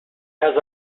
has